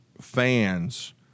fans